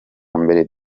mbere